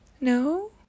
No